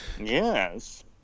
Yes